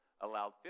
allowed